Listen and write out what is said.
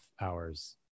hours